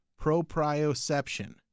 proprioception